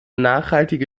nachhaltige